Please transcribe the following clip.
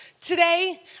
today